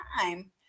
time